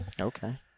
Okay